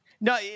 No